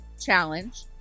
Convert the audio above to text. challenge